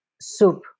soup